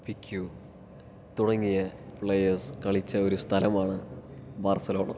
Piqué തുടങ്ങിയ players കളിച്ച ഒരു സ്ഥലമാണ് ബാർസലോണ